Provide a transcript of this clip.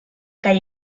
kaj